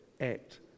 act